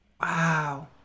Wow